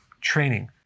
training